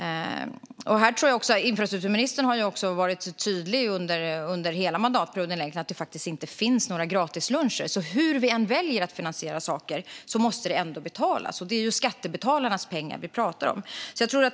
Infrastrukturministern har också under hela mandatperioden varit tydlig med att det faktiskt inte finns några gratisluncher. Hur vi än väljer att finansiera saker måste det betalas, och det är ju skattebetalarnas pengar vi pratar om.